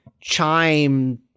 chime